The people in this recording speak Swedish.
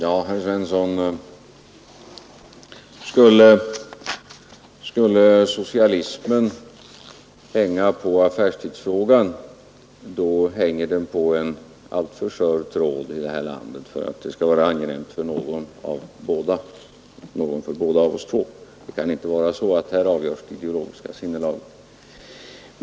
Herr talman! Skulle socialismen hänga på affärstidsfrågan, då hänger den i det här landet på en alltför skör tråd för att det skulle kunna vara angenämt för någon av oss. Den här frågan kan inte vara avgörande för det ideologiska sinnelaget.